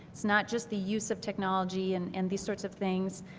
it's not just the use of technology and in these sorts of things,